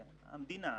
כן, המדינה.